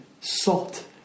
salt